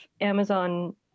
Amazon